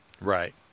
Right